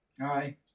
Hi